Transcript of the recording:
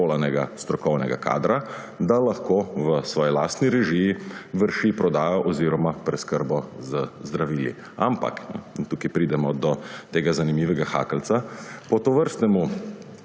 šolanega strokovnega kadra, da lahko v svoji lastni režiji vrši prodajo oziroma preskrbo z zdravili. Ampak – in tukaj pridemo do tega zanimivega hakeljca – po tovrstnem